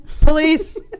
police